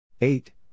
Eight